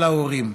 על ההורים.